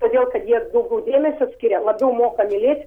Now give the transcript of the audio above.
todėl kad jie daugiau dėmesio skiria labiau moka mylėt